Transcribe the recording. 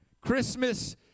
Christmas